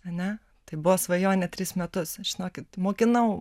ane tai buvo svajonė tris metus žinokit mokinau